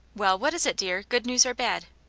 well, what is it, dear, good news or bad?